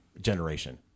generation